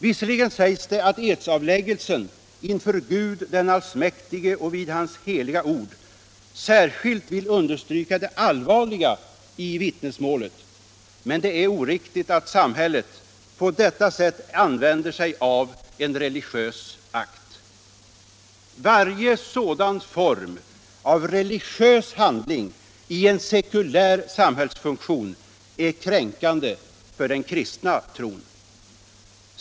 Visserligen sägs det att edsavläggelsen ”inför Gud den allsmäktige och vid hans heliga ord” särskilt vill understryka det allvarliga i vittnesmålet, men det är oriktigt att samhället på detta sätt använder sig av en religiös akt. Varje sådan form av religiös handling i en sekulär samhällsfunktion är kränkande för den kristna tron.